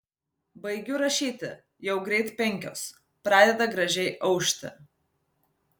baigiu rašyti jau greit penkios pradeda gražiai aušti